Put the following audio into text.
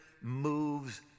moves